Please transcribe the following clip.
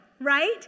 right